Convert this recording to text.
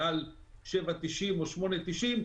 מעל 7.90 או 8.90,